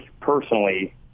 personally